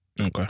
Okay